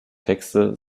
texte